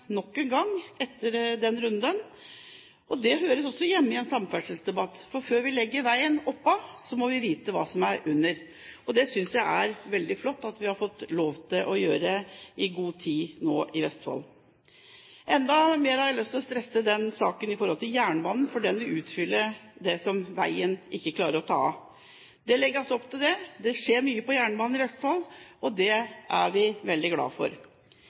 nok en gang, etter den runden. Det hører også hjemme i en samferdselsdebatt, for før vi legger veien oppå, må vi vite hva som er under. Jeg synes det er veldig flott at vi har fått lov til å bruke god tid på det i Vestfold. Enda mer har jeg lyst til å stresse denne saken når det gjelder jernbanen, for den vil utfylle veien – det som den ikke klarer å ta. Det legges det opp til. Det skjer mye på jernbanen i Vestfold, og det er vi veldig glad for.